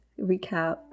recap